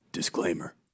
disclaimer